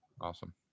awesome